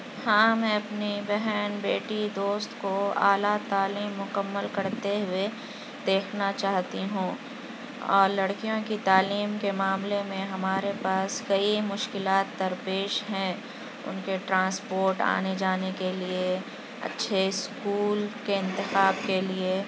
ہاں میں اپنی بہن بیٹی دوست کو اعلیٰ تعلیم مکمل کرتے ہوئے دیکھنا چاہتی ہوں اور لڑکیوں کی تعلیم کے معاملے میں ہمارے پاس کئی مشکلات درپیش ہیں اُن کے ٹرانسپورٹ آنے جانے کے لیے اچھے اسکول کے انتخاب کے لیے